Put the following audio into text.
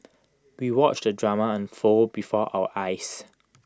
we watched the drama unfold before our eyes